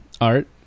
art